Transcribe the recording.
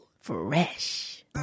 fresh